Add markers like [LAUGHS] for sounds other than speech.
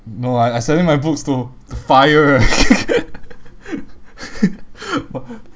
no I I selling my books to fire [LAUGHS]